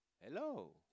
Hello